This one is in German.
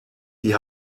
die